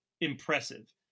impressive